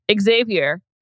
Xavier